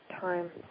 Time